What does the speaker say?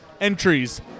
entries